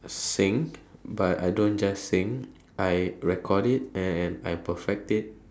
sing but I don't just sing I record it and I perfect it